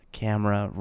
camera